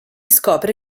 scopre